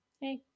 hey